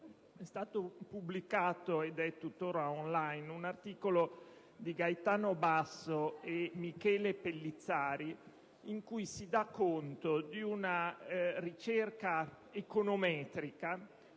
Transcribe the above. è stato pubblicato - ed è tuttora *on line* - un articolo di Gaetano Basso e Michele Pellizzari in cui si dà conto di una ricerca econometrica